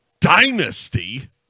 dynasty